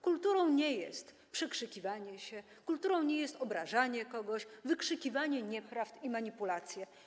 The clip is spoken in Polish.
Kulturą nie jest przekrzykiwanie się, kulturą nie jest obrażanie kogoś, wykrzykiwanie nieprawd i nie są nią manipulacje.